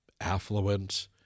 affluent